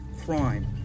crime